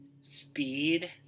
speed